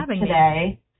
today